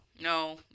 No